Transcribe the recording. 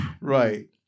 Right